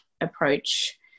approach